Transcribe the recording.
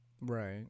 Right